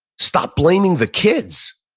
stop blaming the kids.